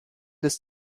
des